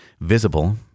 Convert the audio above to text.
Visible